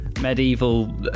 medieval